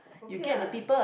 okay what